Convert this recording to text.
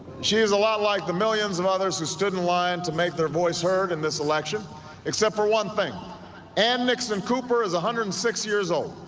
she's a lot like the millions of others who stood in line to make their voice heard in this election except for one thing and nixon cooper is a hundred and six years old